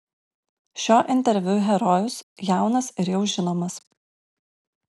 šio interviu herojus jaunas ir jau žinomas